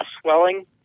swelling